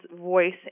voice